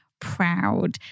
proud